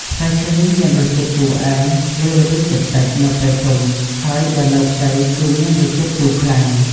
ផ្លែឈើនេះមានរសជាតិជូរអែមលាយល្វីងតិចៗ នៅពេលទុំ ហើយបើនៅខ្ចីគឺមានរសជាតិជូរខ្លាំង។